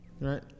right